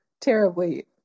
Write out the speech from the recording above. terribly